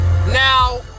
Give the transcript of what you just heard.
Now